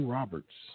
Roberts